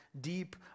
deep